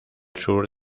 sur